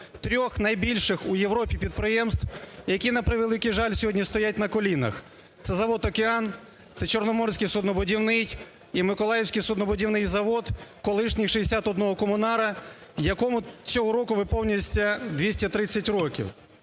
Трьох найбільших у Європі підприємств, які, на превеликий жаль, сьогодні "стоять на колінах". Це завод "Океан", це Чорноморський суднобудівний і Миколаївський суднобудівний завод, колишній "61 комунара", якому цього року виповнюється 230 років.